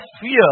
fear